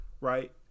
right